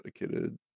Dedicated